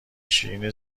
شیرین